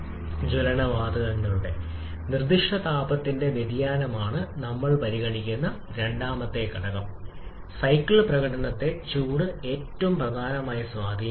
എന്നാൽ യഥാർത്ഥത്തിൽ സംഭവിക്കുന്ന ഡിസോസിയേഷൻ ഉൽപ്പന്നങ്ങളുടെ പുനസംയോജനം വിപുലീകരണ പ്രക്രിയയുടെ അവസാനവും ആ സമയത്തെ സമ്മർദ്ദ നില വളരെ കുറവായതുമാണ് സൈക്കിൾ പ്രകടനത്തെ സാരമായി ബാധിക്കുന്നു